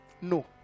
No